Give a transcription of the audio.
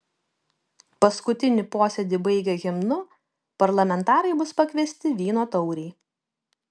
paskutinį posėdį baigę himnu parlamentarai bus pakviesti vyno taurei